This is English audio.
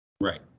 Right